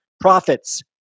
profits